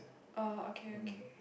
oh okay okay